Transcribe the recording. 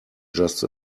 just